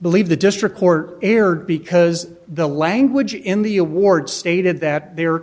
believe the district court erred because the language in the award stated that they